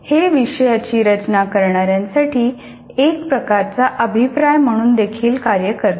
हे विषयाची रचना करणाऱ्यांसाठी एक प्रकारचा अभिप्राय म्हणून देखील कार्य करते